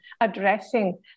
addressing